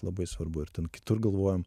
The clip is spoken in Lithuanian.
labai svarbu ir kitur galvojam